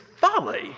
folly